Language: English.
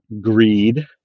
Greed